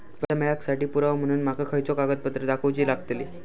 कर्जा मेळाक साठी पुरावो म्हणून माका खयचो कागदपत्र दाखवुची लागतली?